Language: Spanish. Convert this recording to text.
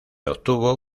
obtuvo